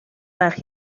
وقت